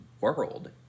world